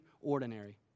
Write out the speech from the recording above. ordinary